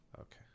Okay